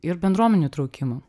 ir bendruomenių įtraukimu